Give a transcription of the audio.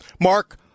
Mark